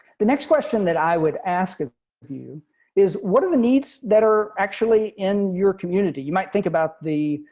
the next question that i would ask ah you is, what are the needs that are actually in your community. you might think about the